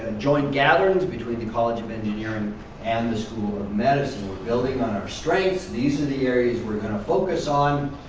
and joint gatherings between the college of engineering and the school of medicine. we're building on our strengths. these are the areas we're going to focus on.